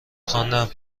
خواندم